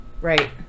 Right